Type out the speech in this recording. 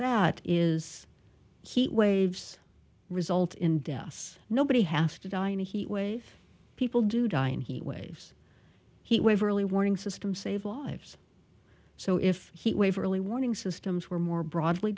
that is heat waves result in deaths nobody has to die in a heat wave people do die in heat waves heat wave or early warning system save lives so if he waver early warning systems were more broadly